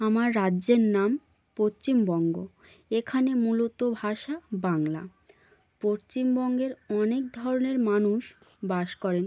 আমার রাজ্যের নাম পশ্চিমবঙ্গ এখানে মূলত ভাষা বাংলা পশ্চিমবঙ্গের অনেক ধরনের মানুষ বাস করেন